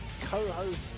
co-host